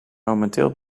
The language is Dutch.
momenteel